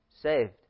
saved